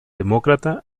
demócrata